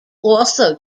also